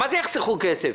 מה זה "יחסכו כסף"?